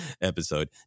episode